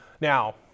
Now